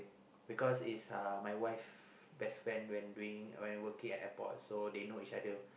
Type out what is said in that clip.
because is a my wife best friend when doing when working at airport so they know each other